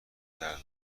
درد